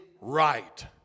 right